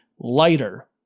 lighter